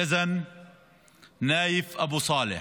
יזן נאיף אבו סאלח,